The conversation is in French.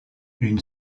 une